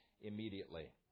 immediately